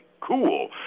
cool